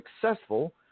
successful